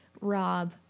Rob